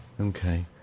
okay